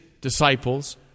disciples